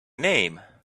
name